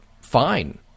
fine